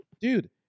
Dude